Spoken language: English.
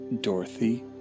Dorothy